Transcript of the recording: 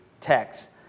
text